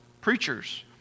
Preachers